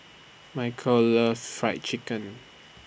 Michell loves Fried Chicken